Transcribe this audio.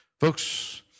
Folks